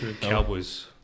Cowboys